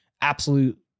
absolute